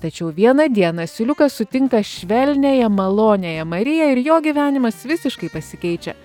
tačiau vieną dieną asiliukas sutinka švelniąją maloniąją mariją ir jo gyvenimas visiškai pasikeičia